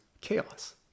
chaos